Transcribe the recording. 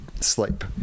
sleep